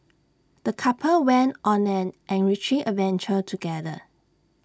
the couple went on an enriching adventure together